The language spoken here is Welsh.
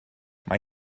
mae